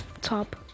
top